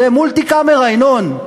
זה מולטי-קמרה, ינון.